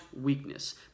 weakness